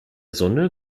sonne